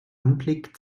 anblick